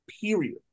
Period